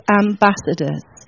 ambassadors